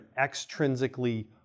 extrinsically